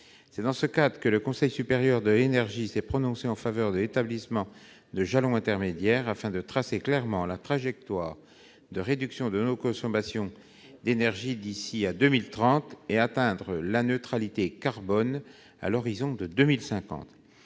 C'est dans ce cadre que le Conseil supérieur de l'énergie s'est prononcé en faveur de l'établissement de jalons intermédiaires, en vue de tracer clairement la trajectoire de réduction de nos consommations d'énergie d'ici à 2030 et d'atteindre la neutralité carbone à l'horizon de 2050.